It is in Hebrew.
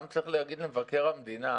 צריך להגיד גם למבקר המדינה.